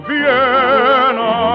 Vienna